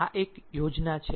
તેથી આ એક યોજના છે